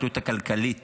התלות הכלכלית